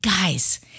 Guys